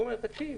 הוא אומר: תקשיב,